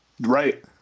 Right